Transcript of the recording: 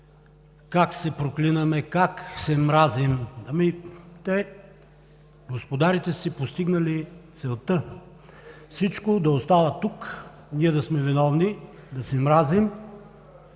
как се проклинаме, как се мразим… Те, господарите, са си постигнали целта – всичко да остава тук, ние да сме виновни, да се мразим